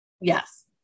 Yes